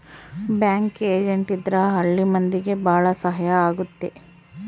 bank agent ಇದ್ರ ಹಳ್ಳಿ ಮಂದಿಗೆ ಭಾಳ ಸಹಾಯ ಆಗುತ್ತೆ